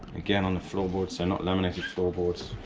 again on the floorboard, so not laminated floorboards,